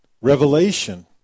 Revelation